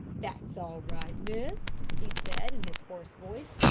that's all right, miss, he said, in his hoarse voice.